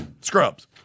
Scrubs